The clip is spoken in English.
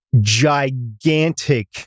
gigantic